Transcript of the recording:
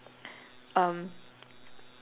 um